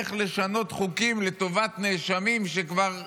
איך לשנות חוקים לטובת נאשמים שכבר נאשמים,